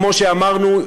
כמו שאמרנו,